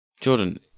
Jordan